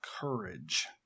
courage